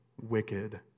wicked